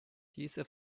diese